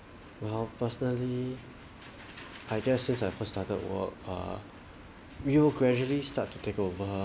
well personally I guess since I first started work err real gradually start to take over